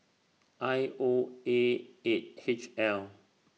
I O A eight H L